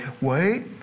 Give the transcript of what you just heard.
wait